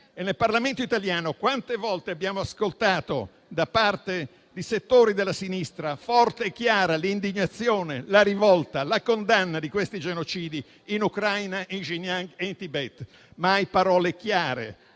nel Parlamento italiano quante volte abbiamo ascoltato, da parte di settori della sinistra, forte e chiara l'indignazione, la rivolta, la condanna di questi genocidi in Ucraina, in Xinjiang e in Tibet? Mai parole chiare,